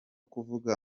kuvuga